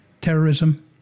terrorism